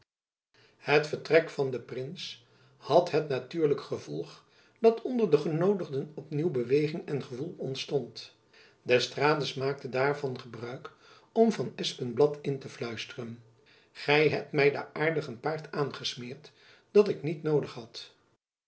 het vertrek van den prins had het natuurlijk gevolg dat onder de genoodigden op nieuw beweging en gewoel ontstond d'estrades maakte daarvan gebruik om van espenblad in te fluisteren gy hebt my daar aardig een paard aangesmeerd dat ik niet noodig had